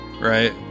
Right